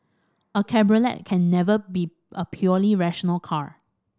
a cabriolet can never be a purely rational car